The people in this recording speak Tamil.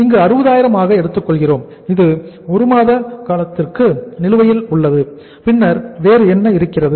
இங்கு 60000 ஆக எடுத்துக் கொள்கிறோம் இது 1 மாத காலத்திற்கு நிலுவையில் உள்ளது பின்னர் வேறு என்ன இருக்கிறது